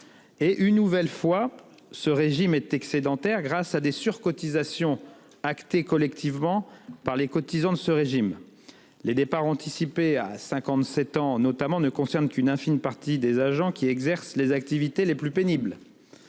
de notre modèle social. Il est excédentaire grâce à des surcotisations actées collectivement par les cotisants de ce régime. Les départs anticipés, à 57 ans notamment, ne concernent qu'une infime partie des agents, qui exercent les activités les plus pénibles.